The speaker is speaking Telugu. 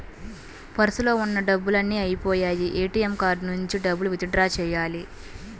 పర్సులో ఉన్న డబ్బులన్నీ అయ్యిపొయ్యాయి, ఏటీఎం కార్డు నుంచి డబ్బులు విత్ డ్రా చెయ్యాలి